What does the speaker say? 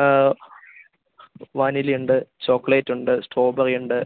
ആ വാനിലയുണ്ട് ചോക്ലറ്റുണ്ട് സ്ട്രോബെറിയുണ്ട്